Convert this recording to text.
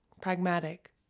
pragmatic